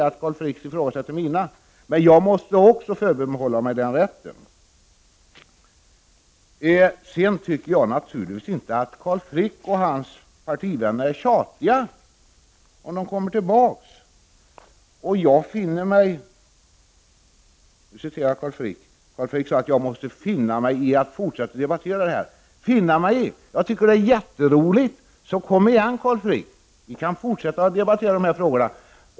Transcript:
att han ifrågasätter mina, men jag måste också få förbehålla mig den rätten. Jag anser naturligtvis inte att Carl Frick och hans partivänner är tjatiga om de återkommer till dessa frågor. Carl Frick sade att jag måste finna mig i att fortsätta debattera dessa frågor. Finna mig i detta! Jag tycker att det är jätteroligt, så kom igen, Carl Frick. Vi kan fortsätta att debattera dessa frågor.